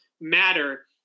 matter